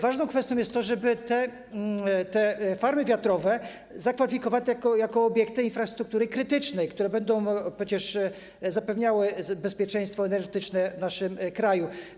Ważną kwestią jest to, żeby farmy wiatrowe zakwalifikować jako obiekty infrastruktury krytycznej, które będą przecież zapewniały bezpieczeństwo energetyczne w naszym kraju.